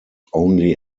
only